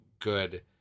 good